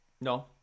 No